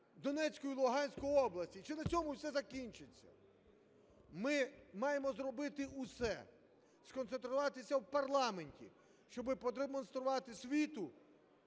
Донецьку і Луганську область, чи на цьому все закінчиться? Ми маємо зробити усе: сконцентруватися в парламенті, щоб продемонструвати світу